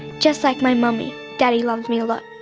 just like my mummy, daddy loves me a lot.